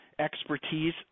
expertise